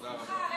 בשמחה.